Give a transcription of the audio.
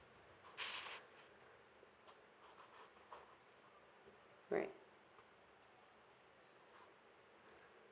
right